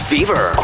Fever